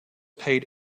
paid